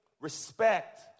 Respect